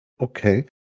Okay